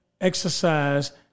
exercise